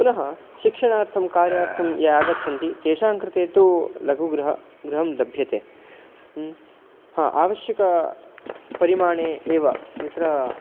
पुनः शिक्षणार्थं कार्यार्थं ये आगच्छन्ति तेषाङ्कृते तु लघुगृह गृहं लभ्यते आवश्यकपरिमाणे एव यत्र